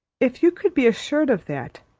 if you could be assured of that,